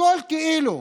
הכול כאילו.